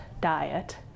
diet